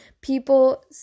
people